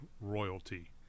royalty